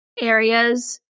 areas